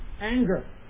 Anger